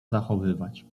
zachowywać